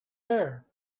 air